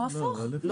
או הפוך.